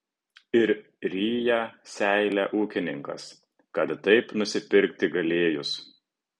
ir ryja seilę ūkininkas kad taip nusipirkti galėjus